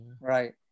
right